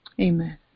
amen